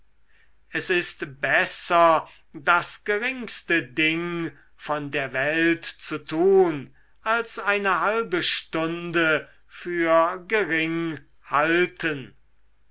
es ist besser das geringste ding von der welt zu tun als eine halbe stunde für gering halten